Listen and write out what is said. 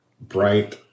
bright